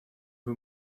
who